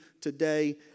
today